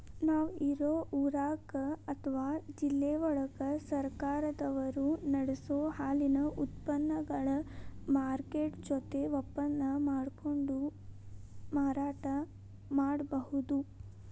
ನಾವ್ ಇರೋ ಊರಾಗ ಅತ್ವಾ ಜಿಲ್ಲೆವಳಗ ಸರ್ಕಾರದವರು ನಡಸೋ ಹಾಲಿನ ಉತ್ಪನಗಳ ಮಾರ್ಕೆಟ್ ಜೊತೆ ಒಪ್ಪಂದಾ ಮಾಡ್ಕೊಂಡು ಮಾರಾಟ ಮಾಡ್ಬಹುದು